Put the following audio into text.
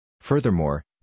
Furthermore